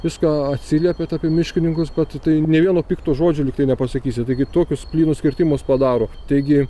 viską atsiliepėt apie miškininkus kad tai nė vieno pikto žodžio lygtai nepasakysi taigi tokius plynus kirtimus padaro taigi